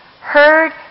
heard